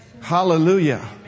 Hallelujah